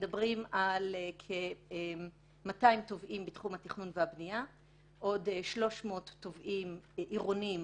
מדובר על כ-200 תובעים בתחום התכנון והבנייה; עוד 300 תובעים עירוניים